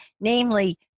namely